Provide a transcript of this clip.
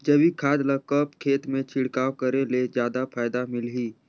जैविक खाद ल कब खेत मे छिड़काव करे ले जादा फायदा मिलही?